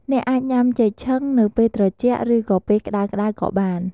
អ្នកអាចញុំាចេកឆឹងនៅពេលត្រជាក់ ឬក៏ពេលក្តៅៗក៏បាន។